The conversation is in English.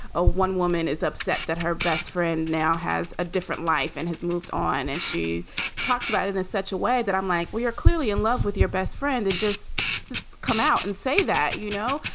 a one woman is upset that her best friend now has a different life and has moved on, and she talks about it in such a way that i'm like, we are clearly in love with your best friend and just to come out and say that, you know.